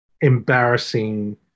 embarrassing